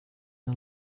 and